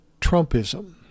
Trumpism